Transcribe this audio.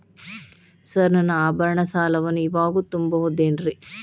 Sir ನನ್ನ ಆಭರಣ ಸಾಲವನ್ನು ಇವಾಗು ತುಂಬ ಬಹುದೇನ್ರಿ?